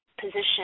position